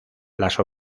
las